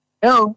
Hello